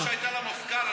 הטראומה שהייתה למפכ"ל,